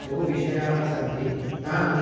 बहु विषयाः सन्ति तान्